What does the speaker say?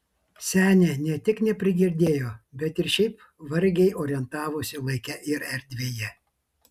senė ne tik neprigirdėjo bet ir šiaip vargiai orientavosi laike ir erdvėje